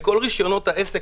לכל רשיונות העסק,